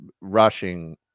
rushing